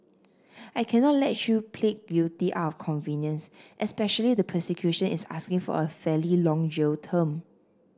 I cannot let you plead guilty out of convenience especially the prosecution is asking for a fairly long jail term